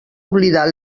oblidar